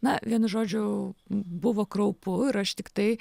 na vienu žodžiu buvo kraupu ir aš tiktai